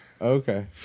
Okay